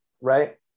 right